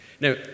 Now